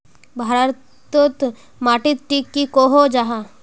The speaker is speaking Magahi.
भारत तोत माटित टिक की कोहो जाहा?